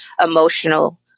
emotional